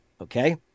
okay